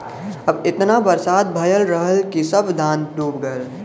अब एतना बरसात भयल रहल कि सब धान डूब गयल